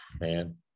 man